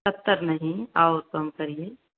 सत्तर नहीं और कम करिए